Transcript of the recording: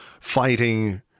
fighting